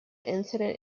intent